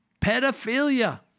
pedophilia